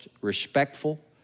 respectful